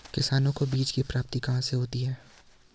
किसानों को बीज की प्राप्ति कहाँ से होती है?